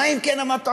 מה אם כן המטרה?